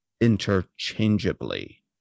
interchangeably